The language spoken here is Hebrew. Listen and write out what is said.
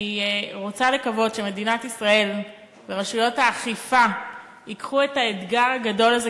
אני רוצה לקוות שמדינת ישראל ורשויות האכיפה ייקחו את האתגר הגדול הזה,